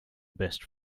best